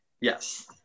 yes